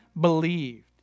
believed